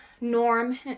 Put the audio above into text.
norm